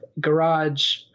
garage